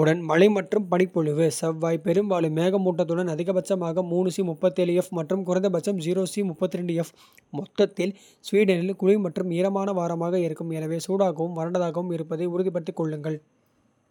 உடன் மழை மற்றும் பனிப் பொழிவு செவ்வாய் பெரும்பாலும். மேகமூட்டத்துடன் அதிகபட்சமாக மற்றும். கறைந்தபட்சமாக மொத்தத்தில் ஸ்வீடனில். குளிர் மற்றும் ஈரமான வாரமாக இருக்கும் எனவே சூடாகவும். வறண்டதாகவும் இருப்பதை உறுதிப்படுத்திக் கொள்ளுங்கள்.